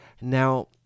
Now